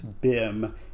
Bim